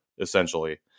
essentially